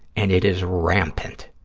and it is rampant.